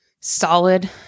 solid